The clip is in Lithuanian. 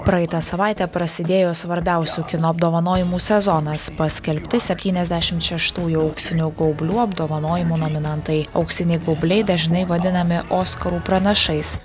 praeitą savaitę prasidėjo svarbiausių kino apdovanojimų sezonas paskelbti septyniasdešim šeštųjų auksinių gaublių apdovanojimų nominantai auksiniai gaubliai dažnai vadinami oskarų pranašais